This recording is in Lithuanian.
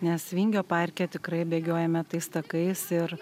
nes vingio parke tikrai bėgiojame tais takais ir